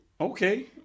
Okay